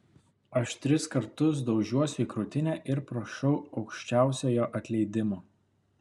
aš tris kartus daužiuosi į krūtinę ir prašau aukščiausiojo atleidimo